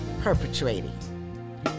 perpetrating